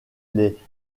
les